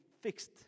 fixed